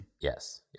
Yes